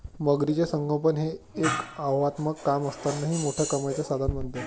मगरीचे संगोपन हे एक आव्हानात्मक काम असतानाही मोठ्या कमाईचे साधन बनते